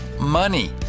money